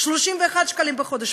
31 שקלים בחודש,